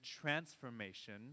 transformation